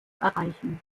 erreichen